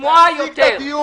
פשע נגד הציבור.